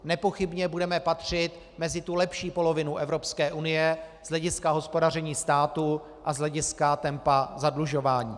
Nepochybně budeme patřit mezi tu lepší polovinu Evropské unie z hlediska hospodaření státu a z hlediska tempa zadlužování.